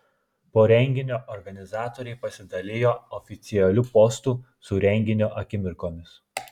po renginio organizatoriai pasidalijo oficialiu postu su renginio akimirkomis